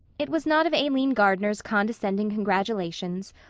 it was not of aline gardner's condescending congratulations,